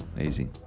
Easy